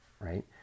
Right